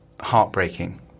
heartbreaking